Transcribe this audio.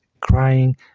crying